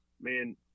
man